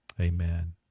amen